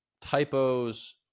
typos